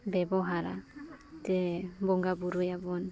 ᱵᱮᱵᱚᱦᱟᱨᱟ ᱪᱮ ᱵᱚᱸᱜᱟ ᱵᱳᱨᱳᱭᱟᱵᱚᱱ